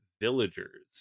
Villagers